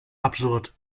absurd